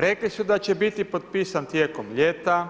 Rekli su da će biti potpisan tijekom ljeta,